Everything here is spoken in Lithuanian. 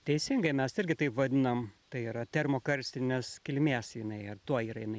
teisingai mes irgi taip vadinam tai yra termokarstinės kilmės jinai ir tuo yra jinai